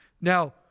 Now